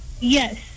Yes